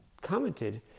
commented